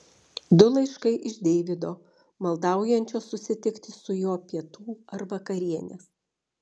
du laiškai iš deivido maldaujančio susitikti su juo pietų ar vakarienės